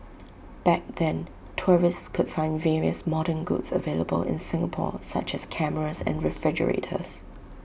back then tourists could find various modern goods available in Singapore such as cameras and refrigerators